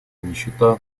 нищета